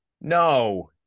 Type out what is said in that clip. No